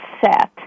set